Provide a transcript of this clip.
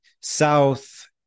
south